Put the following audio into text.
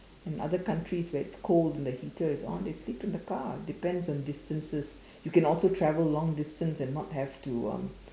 and other countries where it's cold and the heater is on they sleep in the car but depends on distances you can also travel long distance and not have to um